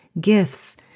gifts